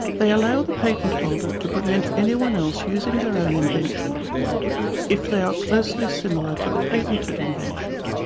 they allow the patent-holder to prevent anyone else using their own invention if they are closely similar to the patented invention.